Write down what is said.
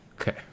Okay